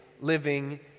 living